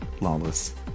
Lawless